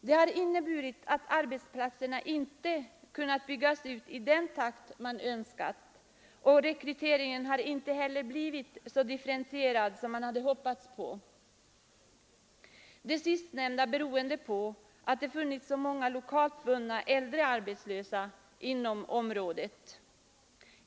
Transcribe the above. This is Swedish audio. Det har inneburit att arbetsplatserna inte kunnat byggas ut i den takt man önskat, och rekryteringen har inte heller blivit så differentierad som man hade hoppats på; det sistnämnda beroende på att det funnits så många lokalt bundna äldre arbetslösa inom området.